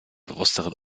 bewussteren